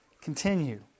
continue